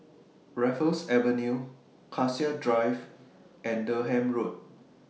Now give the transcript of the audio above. Raffles Avenue Cassia Drive and Durham Road